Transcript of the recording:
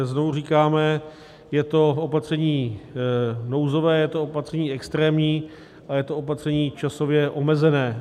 Znovu říkáme, je to opatření nouzové, je to opatření extrémní a je to opatření časově omezené.